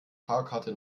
fahrkarte